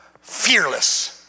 Fearless